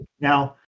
now